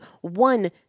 one